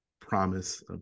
promise